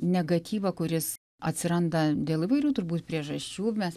negatyvą kuris atsiranda dėl įvairių turbūt priežasčių mes